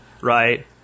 right